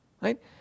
Right